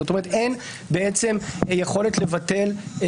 זאת אומרת, אין בעצם יכולת לבטל.